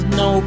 no